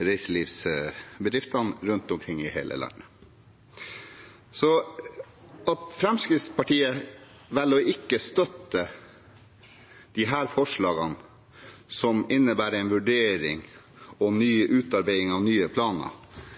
reiselivsbedriftene rundt omkring i hele landet. At Fremskrittspartiet velger å ikke støtte disse forslagene, som innebærer en vurdering og utarbeiding av nye planer,